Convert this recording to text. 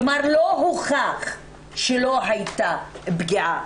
כלומר, לא הוכח שלא הייתה פגיעה.